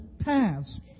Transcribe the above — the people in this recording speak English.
paths